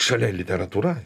šalia literatūra